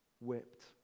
whipped